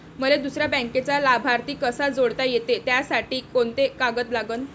मले दुसऱ्या बँकेचा लाभार्थी कसा जोडता येते, त्यासाठी कोंते कागद लागन?